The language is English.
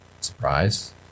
surprise